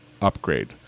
upgrade